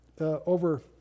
over